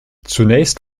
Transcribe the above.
zunächst